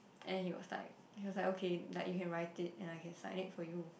and he was like he was like okay like you can write it and I can sign it for you